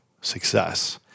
success